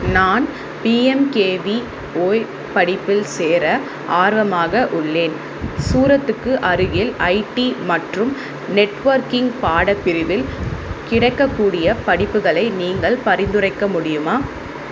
நான் பிஎம்கேவிஓய் படிப்பில் சேர ஆர்வமாக உள்ளேன் சூரத்துக்கு அருகில் ஐடி மற்றும் நெட்வொர்க்கிங் பாடப் பிரிவில் கிடைக்கக்கூடிய படிப்புகளை நீங்கள் பரிந்துரைக்க முடியுமா